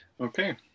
Okay